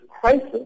crisis